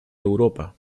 europa